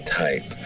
type